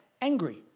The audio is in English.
angry